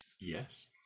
yes